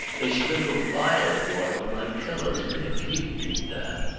they sprinkle violet water on my pillows, dick! can you beat that?